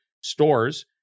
stores